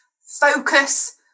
focus